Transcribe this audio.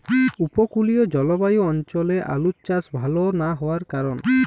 উপকূলীয় জলবায়ু অঞ্চলে আলুর চাষ ভাল না হওয়ার কারণ?